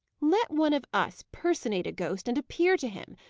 let one of us personate a ghost, and appear to him!